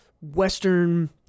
Western